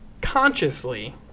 consciously